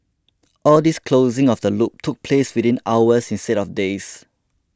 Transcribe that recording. all this closing of the loop took place within hours instead of days